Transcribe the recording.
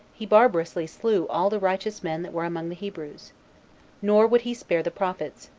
he barbarously slew all the righteous men that were among the hebrews nor would he spare the prophets,